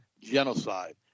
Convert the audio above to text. genocide